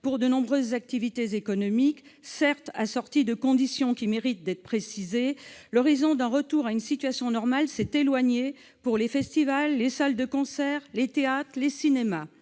pour de nombreuses activités économiques, certes assorti de conditions qui méritent d'être précisées, l'horizon d'un retour à une situation normale s'est éloigné pour les festivals, les salles de concert, les théâtres et les cinémas.